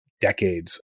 decades